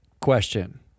question